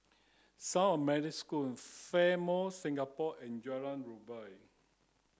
School Fairmont Singapore and Jalan Rumbia